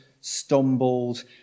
stumbled